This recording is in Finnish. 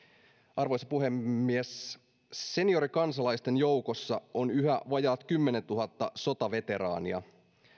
arvoisa puhemies seniorikansalaisten joukossa on yhä vajaat kymmenentuhatta sotaveteraania